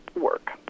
work